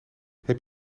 heb